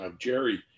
Jerry